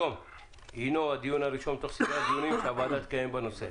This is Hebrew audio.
הדיון היום הינו הדיון הראשון מתוך סדרת דיונים שהוועדה תקיים בנושא.